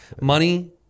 Money